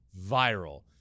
viral